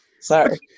Sorry